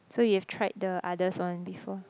so you have tried the others one before